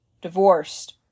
divorced